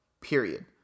period